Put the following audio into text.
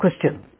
question